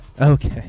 okay